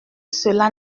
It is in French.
cela